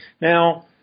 Now